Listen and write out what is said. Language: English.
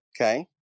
Okay